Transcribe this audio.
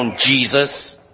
Jesus